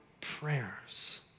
prayers